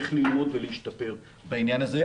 איך ללמוד ולהשתפר בעניין הזה.